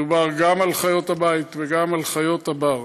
מדובר גם על חיות הבית וגם על חיות הבר.